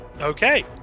Okay